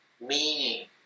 meaning